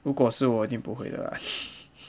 如果是我一定不会的 ah